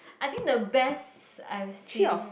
I think the best I've seen